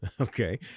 okay